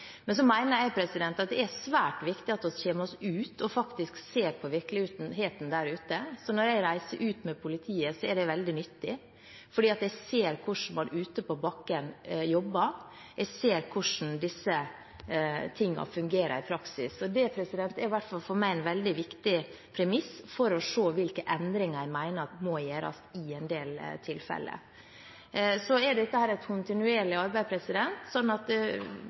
at vi kommer oss ut og faktisk ser på virkeligheten der ute. Så når jeg reiser ut sammen med politiet, er det veldig nyttig, for jeg ser hvordan man jobber ute på gaten, og jeg ser hvordan disse tingene fungerer i praksis. De er i hvert fall for meg en veldig viktig premiss for å se hvilke endringer jeg mener må gjøres i en del tilfeller. Dette er et kontinuerlig arbeid,